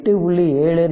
74 43